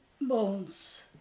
bones